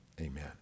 amen